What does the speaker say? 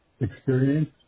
experience